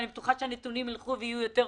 ואני בטוחה שהנתונים ילכו וישתפרו.